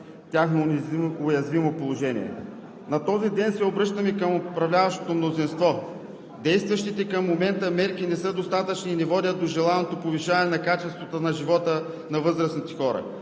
тяхно уязвимо положение. На този ден се обръщаме към управляващото мнозинство: действащите към момента мерки не са достатъчни и не водят до желаното повишаване на качеството на живота на възрастните хора.